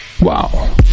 Wow